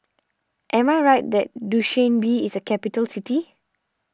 am I right that Dushanbe is a capital city